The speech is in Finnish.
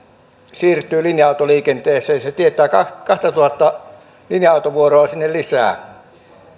siirtyvät linja autoliikenteeseen se tietää kahtatuhatta linja autovuoroa lisää